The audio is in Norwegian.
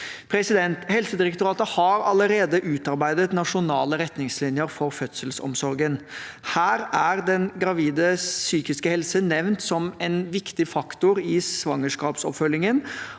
behov. Helsedirektoratet har allerede utarbeidet nasjonale retningslinjer for fødselsomsorgen. Her er den gravides psykiske helse nevnt som en viktig faktor i svangerskapsoppfølgingen